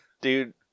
Dude